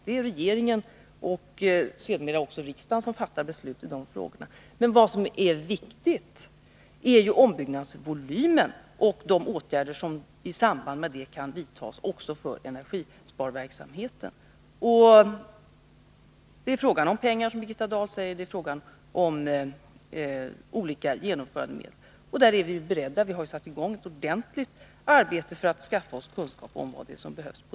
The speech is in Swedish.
Det är regeringen, och sedermera också riksdagen, som fattar beslut i de frågorna. Vad som är viktigt är ombyggnadsvolymen och de åtgärder som i samband med ombyggnader kan vidtasi energisparsyfte. Det är här fråga om pengar, som Birgitta Dahl säger, det är fråga om olika genomförandeled. Vi är beredda att satsa på den punkten. Vi har satt i gång ett omfattande arbete för att skaffa oss kunskaper om vad som behövs.